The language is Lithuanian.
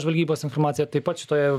žvalgybos informaciją taip pat šitoje